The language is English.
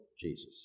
Jesus